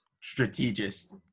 strategist